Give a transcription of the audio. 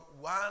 one